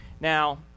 Now